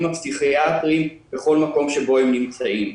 הפסיכיאטריים בכל מקום שבו הם נמצאים.